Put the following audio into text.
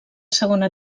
segona